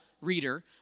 reader